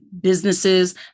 businesses